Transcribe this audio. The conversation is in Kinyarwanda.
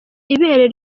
ibere